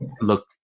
look